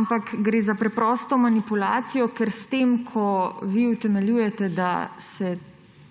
ampak gre za preprosto manipulacijo, ker s tem, ko vi utemeljujete, da se